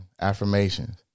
Affirmations